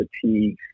fatigue